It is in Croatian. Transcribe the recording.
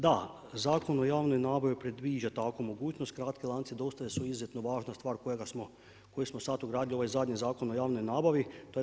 Da, Zakon o javnoj nabavi, predviđa takvu mogućnost, kratki lanci, dosta su izrazito važna stvar, koje smo sad ugradili u ovaj zadnji Zakon o javnoj nabavi.